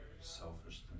selfish